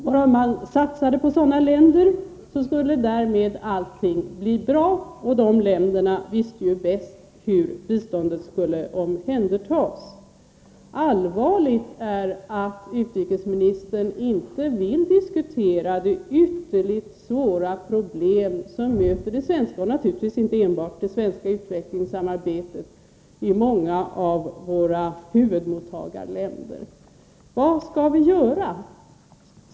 Bara man satsade på sådana länder skulle därmed allting bli bra, och de länderna visste ju bäst hur biståndet skulle omhändertas. Allvarligt är att utrikesministern inte vill diskutera de ytterligt svåra problem som möter det svenska — och naturligtvis inte bara det svenska — utvecklingssamarbetet i många av våra huvudmottagarländer. Vad skall vi göra?